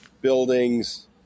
buildings